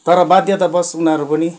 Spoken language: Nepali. तर बाध्यातावश उनीहरू पनि